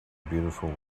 beautiful